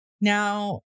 Now